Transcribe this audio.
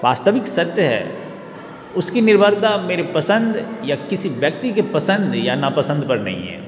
वास्तविक सत्य है उसकी निर्भरता मेरी पसंद या किसी व्यक्ति के पसंद या ना पसंद पर नहीं है